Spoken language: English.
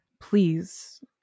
Please